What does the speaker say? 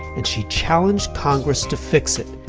and she challenged congress to fix it.